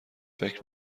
فکر